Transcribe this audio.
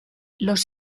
los